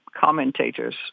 commentators